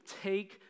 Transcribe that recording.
take